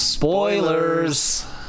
Spoilers